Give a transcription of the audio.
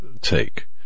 take